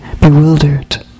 bewildered